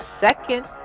second